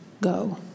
go